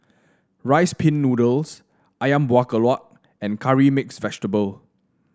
Rice Pin Noodles ayam Buah Keluak and Curry Mixed Vegetable